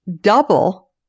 double